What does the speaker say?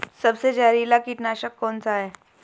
सबसे जहरीला कीटनाशक कौन सा है?